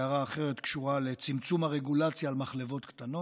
הערה אחרת קשורה לצמצום הרגולציה על מחלבות קטנות.